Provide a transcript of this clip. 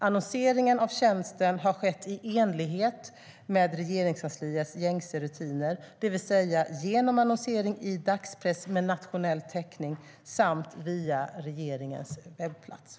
Annonseringen av tjänsten har skett i enlighet med Regeringskansliets gängse rutiner, det vill säga genom annonsering i dagspress med nationell täckning samt via regeringens webbplats.